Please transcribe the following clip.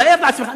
תאר לעצמך,